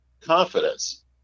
confidence